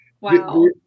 Wow